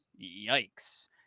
yikes